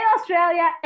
Australia